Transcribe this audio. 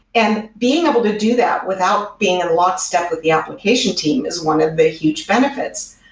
and being able to do that without being in lot step with the application team is one of the huge benefits.